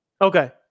Okay